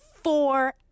four